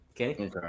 Okay